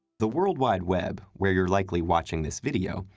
the world wide web, where you're likely watching this video,